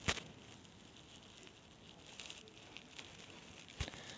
ज्यूटचा संलग्न उद्योग हा डंडीचा मुख्य उद्योग आहे